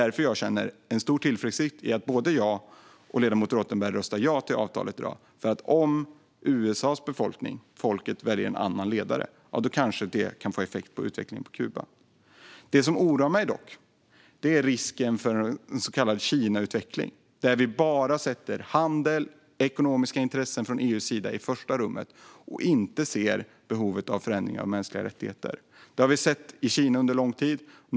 Jag känner stor tillförsikt genom att både jag och Hans Rothenberg röstar ja till avtalet i dag. Och om USA:s befolkning väljer en annan ledare kan det kanske få en effekt på utvecklingen på Kuba. Det som dock oroar mig är risken för en så kallad Kinautveckling, där vi från EU:s sida bara sätter handel och ekonomiska intressen i första rummet och inte ser behovet av förändringar när det gäller mänskliga rättigheter. Det har vi sett i Kina under lång tid.